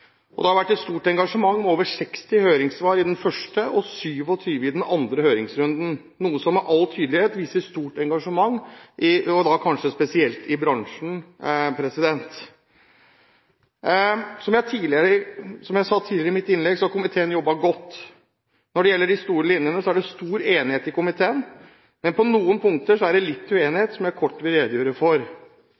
og det har vært et stort engasjement med over 60 høringssvar i den første høringsrunden og 27 i den andre, noe som med all tydelighet viser stort engasjement, og da kanskje spesielt i bransjen. Som jeg sa tidligere i mitt innlegg, har komiteen jobbet godt. Når det gjelder de store linjene, er det stor enighet i komiteen. Men på noen punkter er det litt uenighet, som jeg kort vil redegjøre for.